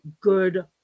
good